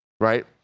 Right